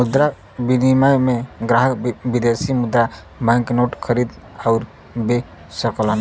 मुद्रा विनिमय में ग्राहक विदेशी मुद्रा बैंक नोट खरीद आउर बे सकलन